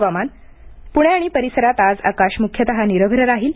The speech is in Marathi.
हवामान पुणे आणि परिसरात आज आकाश मुख्यतः निरभ्र राहील